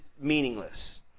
meaningless